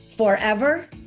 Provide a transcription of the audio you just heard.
Forever